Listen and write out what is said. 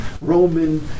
Roman